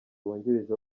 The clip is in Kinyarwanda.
wungirije